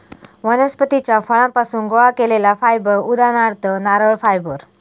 वनस्पतीच्या फळांपासुन गोळा केलेला फायबर उदाहरणार्थ नारळ फायबर